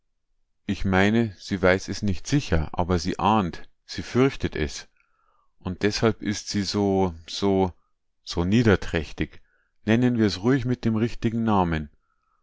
ich meine sie weiß es nicht sicher aber sie ahnt sie fürchtet es und deshalb ist sie so so so niederträchtig nennen wir's ruhig mit dem richtigen namen